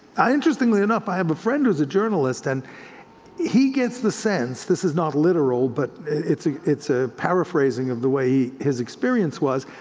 interestingly enough, i have a friend who's a journalist and he gets the sense, this is not literal, but it's it's a paraphrasing of the way his experience was,